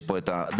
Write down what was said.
יש פה את הדיירים,